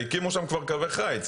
הם כבר הקימו שם קווי חיץ,